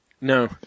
No